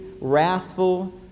wrathful